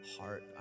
heart